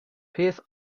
peth